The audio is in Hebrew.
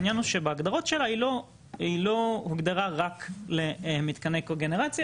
העניין הוא שבהגדרות שלה היא לא הוגדרה רק למתקני קוגנרציה